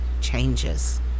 changes